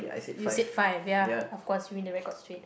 you said five ya of course you win the record straight